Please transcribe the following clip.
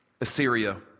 Assyria